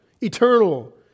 eternal